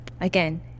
Again